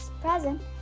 present